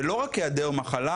ולא רק העדר מחלה,